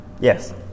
Yes